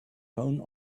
phone